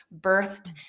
birthed